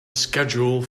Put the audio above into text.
schedule